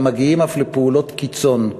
המגיעים אף לפעולות קיצון,